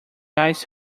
ice